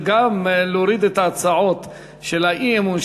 של גם להוריד את הצעות האי-אמון,